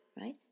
right